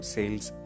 Sales